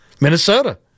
Minnesota